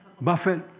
Buffett